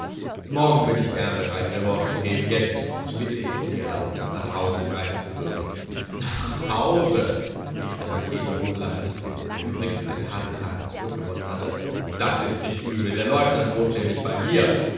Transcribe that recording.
morgen bin ich gern bereit revanche zu geben jetzt bitte ich um die erlaubnis nach hause reiten zu dürfen nach hause rief der marchese hohnlachend der übrigens ein paar dukaten zurückgewonnen hatte das ist nicht übel der leutnant wohnt nämlich bei mir